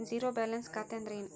Zero balance ಖಾತೆ ಅಂದ್ರೆ ಏನು?